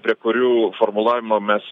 prie kurių formulavimo mes